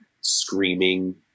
screaming